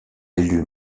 élu